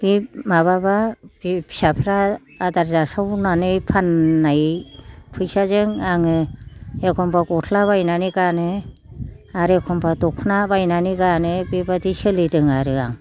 बे माबाबा बि फिसाफ्रा आदार जासावनानै फाननाय फैसाजों आङो एखनब्ला गसला बायनानै गानो आरो एखनब्ला दखना बायनानै गानो बेबादि सोलिदों आरो आं